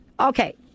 Okay